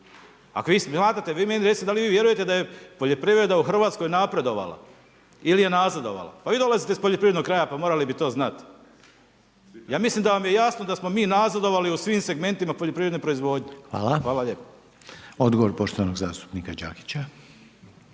Ako vi smatrate, vi meni recite da li vi vjerujete da je poljoprivreda u RH napredovala? Ili je nazadovala? Pa vi dolazite iz poljoprivrednog kraja, pa morali bi to znati. Ja mislim da vam je jasno da smo mi nazadovali u svim segmentima poljoprivredne proizvodnje. Hvala lijepo. **Reiner, Željko (HDZ)** Hvala. Odgovor poštovanog zastupnika Đakića.